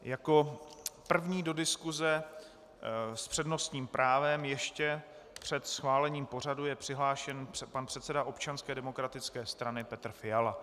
Jako první do diskuse s přednostním právem ještě před schválením pořadu je přihlášen pan předseda Občanské demokratické strany Petr Fiala.